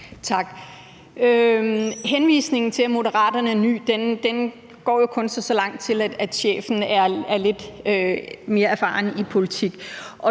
Tak. Henvisningen til, at Moderaterne er nye, går jo kun så langt til, at chefen er lidt mere erfaren i politik.